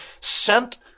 sent